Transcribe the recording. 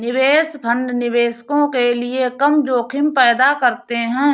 निवेश फंड निवेशकों के लिए कम जोखिम पैदा करते हैं